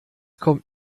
kommt